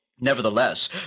Nevertheless